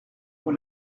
ont